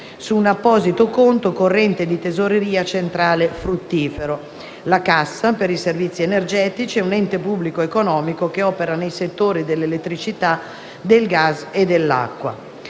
su un apposito conto corrente di tesoreria centrale fruttifero (la cassa per i servizi energetici ambientali è un ente pubblico economico che opera nei settori dell'elettricità, del gas e dell'acqua).